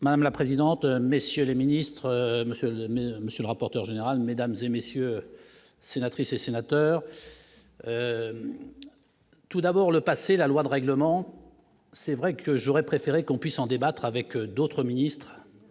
Madame la présidente, messieurs les Ministres Monsieur monsieur le rapporteur général, mesdames et messieurs, sénatrices et sénateurs tout d'abord le passé, la loi de règlement, c'est vrai que j'aurais préféré qu'on puisse en débattre avec d'autres ministres